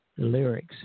lyrics